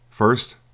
First